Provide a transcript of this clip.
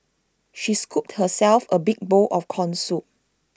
she scooped herself A big bowl of Corn Soup